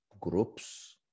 groups